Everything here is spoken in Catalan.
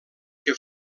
que